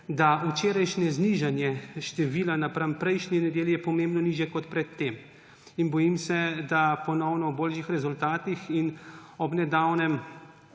da včerajšnje znižanje števila napram prejšnji nedelji je pomembno nižje kot pred tem. Bojim se, da ponovno o boljših rezultatih in ob nedavnem